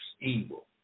evil